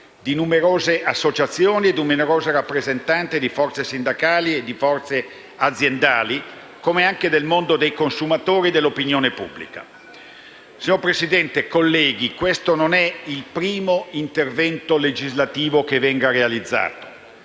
di numerose associazioni e rappresentanze di forze sindacali e aziendali, come anche del mondo dei consumatori e dell'opinione pubblica. Signor Presidente, colleghi, quello in discussione non è il primo intervento legislativo che viene realizzato.